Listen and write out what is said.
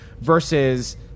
versus